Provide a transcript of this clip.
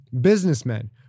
businessmen